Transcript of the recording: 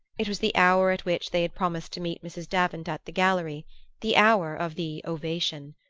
it was the hour at which they had promised to meet mrs. davant at the gallery the hour of the ovation.